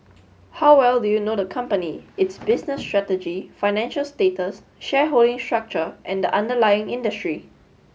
how well do you know the company its business strategy financial status shareholding structure and the underlying industry